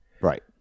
right